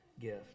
gift